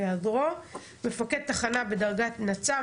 בהיעדרו מפקד תחנה בדרגת נצ"מ,